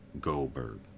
Goldberg